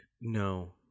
no